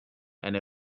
and